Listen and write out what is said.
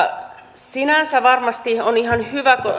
sinänsä varmasti on ihan hyvä